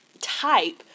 type